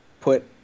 put